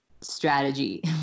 strategy